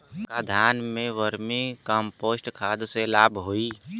का धान में वर्मी कंपोस्ट खाद से लाभ होई?